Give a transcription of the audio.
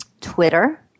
Twitter